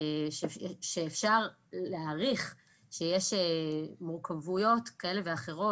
שאפשר להעריך שיש מורכבויות כאלה ואחרות